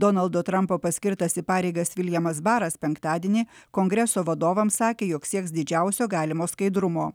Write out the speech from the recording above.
donaldo trampo paskirtas į pareigas viljamas baras penktadienį kongreso vadovams sakė jog sieks didžiausio galimo skaidrumo